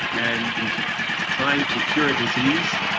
and trying to cure a disease